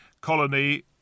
colony